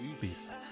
peace